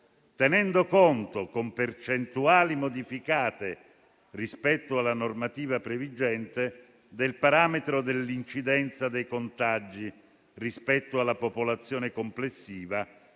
tenendo conto, con percentuali modificate rispetto alla normativa previgente, del parametro dell'incidenza dei contagi rispetto alla popolazione complessiva